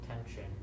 attention